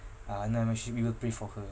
ah never mind she we will pray for her ah